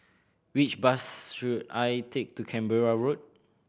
which bus should I take to Canberra Road